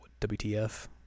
WTF